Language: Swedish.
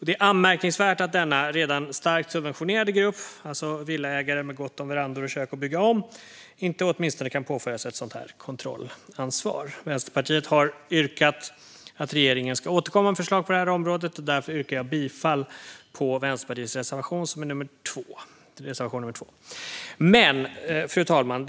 Det är anmärkningsvärt att denna redan starkt subventionerade grupp - villaägare med gott om verandor och kök att bygga om - inte kan påföras åtminstone ett sådant här kontrollansvar. Vänsterpartiet har yrkat att regeringen ska återkomma med förslag på det här området, och därför yrkar jag bifall till Vänsterpartiets reservation nr 2. Fru talman!